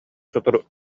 сотору